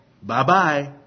Bye-bye